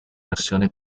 versioni